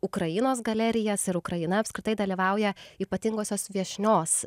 ukrainos galerijas ir ukraina apskritai dalyvauja ypatingosios viešnios